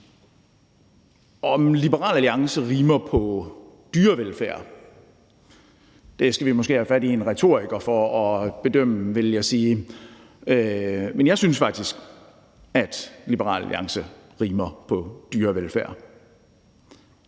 Om Liberal Alliance rimer på dyrevelfærd, skal vi måske have fat i en retoriker for at bedømme, vil jeg sige. Men jeg synes faktisk, at Liberal Alliance rimer på dyrevelfærd.